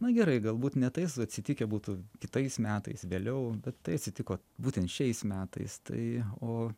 na gerai galbūt ne tais atsitikę būtų kitais metais vėliau bet tai atsitiko būtent šiais metais tai o